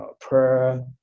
prayer